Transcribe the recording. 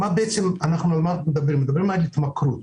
מדברים על התמכרות.